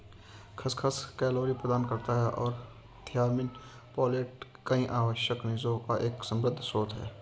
खसखस कैलोरी प्रदान करता है और थियामिन, फोलेट और कई आवश्यक खनिजों का एक समृद्ध स्रोत है